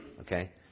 Okay